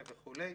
וכולי.